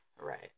Right